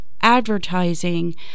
advertising